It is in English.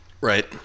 Right